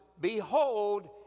Behold